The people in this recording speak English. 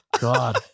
God